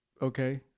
Okay